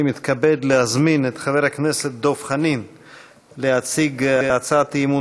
אני מתכבד להזמין את חבר הכנסת דב חנין להציג הצעת אי-אמון